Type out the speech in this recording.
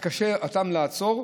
ואותם קשה לעצור,